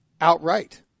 outright